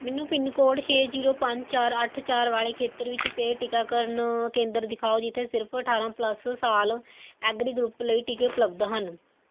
ਮੈਨੂੰ pin code ਛੇ zero ਪੰਜ ਚਾਰ ਅੱਠ ਚਾਰ ਵਾਲੇ ਖੇਤਰ ਵਿੱਚ ਪੇਅ ਟੀਕਾਕਰਨ ਕੇਂਦਰ ਦਿਖਾਓ ਜਿੱਥੇ ਸਿਰਫ਼ ਅਠਾਰਾਂ ਪਲੱਸ ਸਾਲ ਐਗਰੀ ਗਰੁੱਪ ਲਈ ਟੀਕੇ ਉਪਲਬਧ ਹਨ